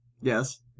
Yes